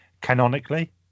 canonically